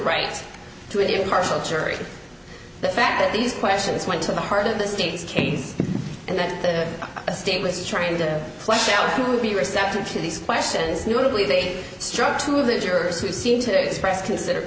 right to it impartial jury the fact that these questions went to the heart of the state's case and that the state was trying to flesh out who would be receptive to these questions notably they struck to the jurors who seemed to express consider